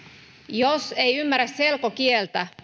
jos ei ymmärrä selkokieltä